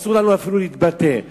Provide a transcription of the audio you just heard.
אסור לנו אפילו להתבטא,